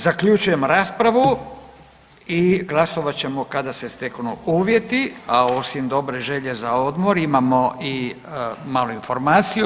Zaključujem raspravu i glasovat ćemo kada se steknu uvjeti, a osim dobre želje za odmor imamo i malu informaciju.